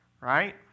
right